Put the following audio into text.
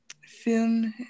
film